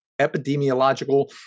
epidemiological